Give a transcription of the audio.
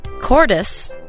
Cordis